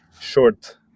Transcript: short